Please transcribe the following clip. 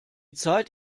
zeit